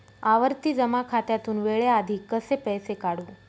आवर्ती जमा खात्यातून वेळेआधी कसे पैसे काढू?